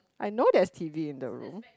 I know there's t_v in the room